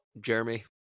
Jeremy